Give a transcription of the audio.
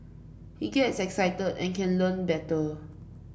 he gets excited and can learn better